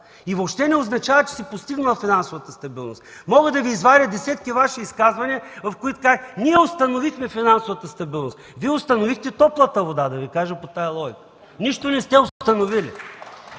и въобще не означава, че си постигнал финансовата стабилност. Мога да Ви извадя десетки Ваши изказвания, в които казвате: „Ние установихме финансовата стабилност”. Вие установихте топлата вода, да Ви кажа по тази логика. (Ръкопляскания